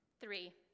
Three